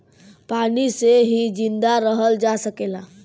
पानी से ही जिंदा रहल जा सकेला